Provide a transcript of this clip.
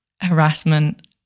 harassment